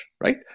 right